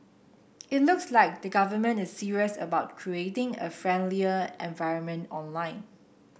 it looks like the government is serious about creating a friendlier environment online